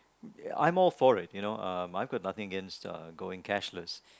I'm more for it you know uh I have got nothing against uh going cashless